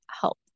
help